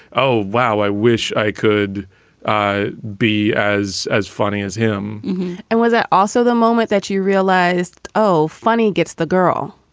oh, wow, i wish i could be as as funny as him and was it also the moment that you realized, oh, funny gets the girl?